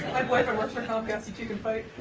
my boyfriend works for comcast. you two can fight.